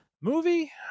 Movie